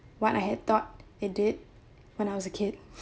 what I had thought it did when I was a kid